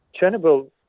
Chernobyl